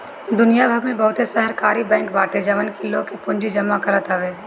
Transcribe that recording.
दुनिया भर में बहुते सहकारी बैंक बाटे जवन की लोग के पूंजी जमा करत हवे